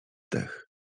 dech